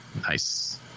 Nice